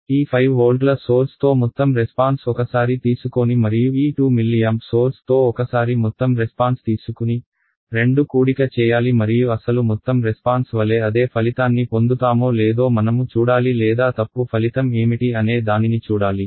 ఈ 5 వోల్ట్ల సోర్స్తో మొత్తం రెస్పాన్స్ ఒకసారి తీసుకోని మరియు ఈ 2 మిల్లియాంప్ సోర్స్ తో ఒకసారి మొత్తం రెస్పాన్స్ తీసుకుని రెండు కూడిక చేయాలి మరియు అసలు మొత్తం రెస్పాన్స్ వలె అదే ఫలితాన్ని పొందుతామో లేదో మనము చూడాలి లేదా తప్పు ఫలితం ఏమిటి అనే దానిని చూడాలి